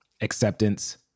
acceptance